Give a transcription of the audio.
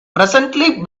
presently